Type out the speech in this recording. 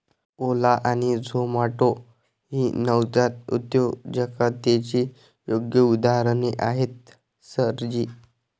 ओला आणि झोमाटो ही नवजात उद्योजकतेची योग्य उदाहरणे आहेत सर जी